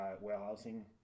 warehousing